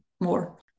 more